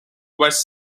west